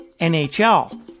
NHL